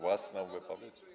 Własną wypowiedź?